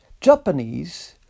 Japanese